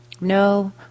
no